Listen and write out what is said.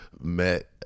met